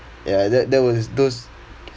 ya that that was those